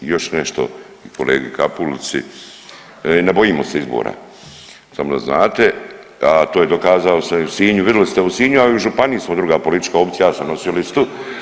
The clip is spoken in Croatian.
I još nešto kolegi Kapulici, ne bojimo se izbora samo da znate, a to je dokazao sam i u Sinju, vidili ste u Sinju, ali i u županiji smo druga politička opcija ja sam nosio listu.